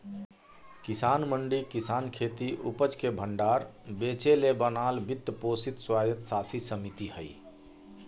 किसान मंडी किसानखेती उपज के भण्डार बेचेले बनाल वित्त पोषित स्वयात्तशासी समिति हइ